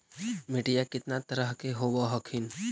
मिट्टीया कितना तरह के होब हखिन?